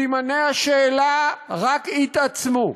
סימני השאלה רק התעצמו.